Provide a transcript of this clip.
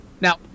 now